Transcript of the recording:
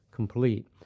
complete